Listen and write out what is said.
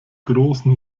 großen